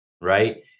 right